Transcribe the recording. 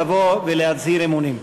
לבוא ולהצהיר אמונים.